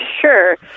sure